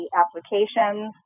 applications